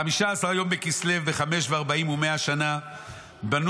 "ובחמישה עשר יום בכסליו בחמש וארבעים ומאה שנה בנו